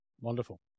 Wonderful